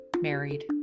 married